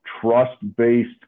trust-based